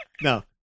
No